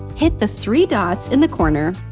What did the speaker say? hit the three dots in the corner,